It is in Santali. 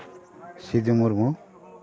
ᱥᱤᱫᱩ ᱢᱩᱨᱢᱩ